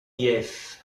diez